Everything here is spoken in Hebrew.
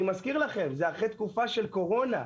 אני מזכיר לכם, זה אחרי תקופה של קורונה.